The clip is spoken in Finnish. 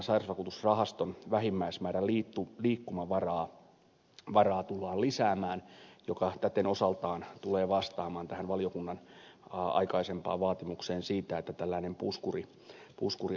tällä lakiesityksellä sairausvakuutusrahaston vähimmäismäärän liikkumavaraa tullaan lisäämään mikä täten osaltaan tulee vastaamaan tähän valiokunnan aikaisempaan vaatimukseen siitä että tällainen puskuri aikaansaadaan